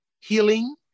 healing